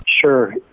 Sure